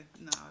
no